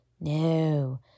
No